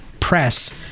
press